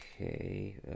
Okay